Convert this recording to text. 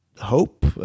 hope